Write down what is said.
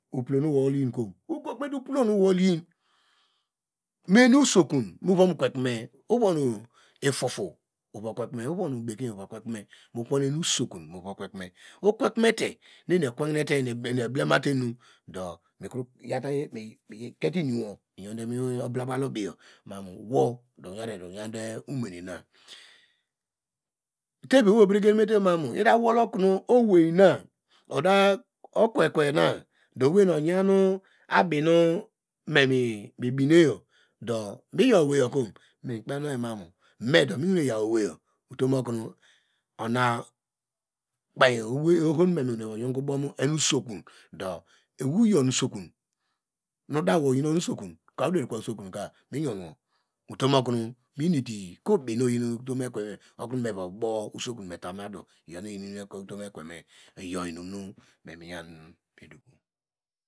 Uplo nu owol yinku, oyukumete uplo nu wolyin nu enu usokun nu ovamu kwe kume ovo iphopho ova kweme okwekumete nu eni ekwe te, eblemate enu do mikro kete miwo miyonde mu oblaba ubiyo mimo wo oyande umenena tevivi owe obregen mitamamu owelna okwekwe nu mova yan abinu me mebine do miyaw owei yokom mi kperinu oyimamu medo miwene vayonke obow mu enu usokun oyi onu usokun, nu dawu oyi onu usokun ka uderi kwe usokun ka miyanwo, otom okonu me needi, okobi nu oyin otom ekwe me nu emme va bow usokun metamu adu iyonu iyen otom ekweme iyo inum nu me miyan.